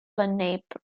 lenape